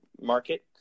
market